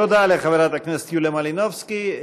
תודה לחברת הכנסת יוליה מלינובסקי.